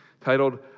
titled